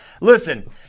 Listen